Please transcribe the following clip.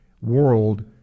world